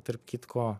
tarp kitko